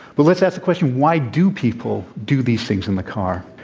but let's ask the question why do people do these things in the car.